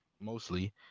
mostly